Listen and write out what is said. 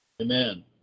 Amen